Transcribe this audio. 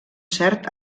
cert